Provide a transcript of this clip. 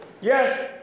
Yes